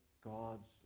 God's